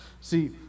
See